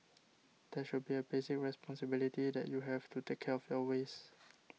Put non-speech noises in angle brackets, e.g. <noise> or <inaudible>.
there should be a basic responsibility that you have to take care of your waste <noise>